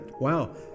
Wow